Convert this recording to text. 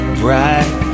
bright